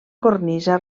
cornisa